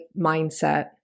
mindset